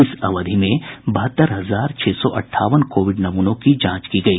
इस अवधि में बहत्तर हजार छह सौ अठावन कोविड नमूनों की जांच की गई